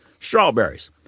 Strawberries